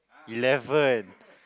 eleven